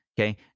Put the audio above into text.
Okay